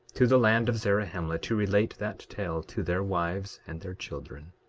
to the land of zarahemla, to relate that tale to their wives and their children.